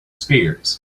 spears